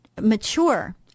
mature